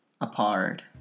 apart